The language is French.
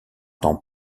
temps